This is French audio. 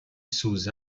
sous